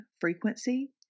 frequency